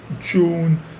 June